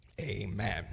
Amen